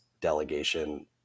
delegation